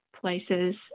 places